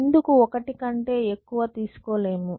ఎందుకు ఒకటి కంటే ఎక్కువ తీసుకోలేము